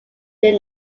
did